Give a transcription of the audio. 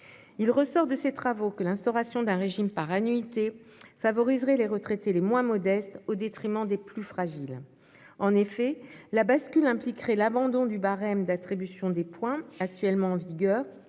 Il ressort de ces travaux que l'instauration d'un régime par annuités favoriserait les retraités les moins modestes au détriment des plus fragiles. En effet, la bascule impliquerait l'abandon du barème d'attribution des points actuellement en vigueur